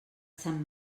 sant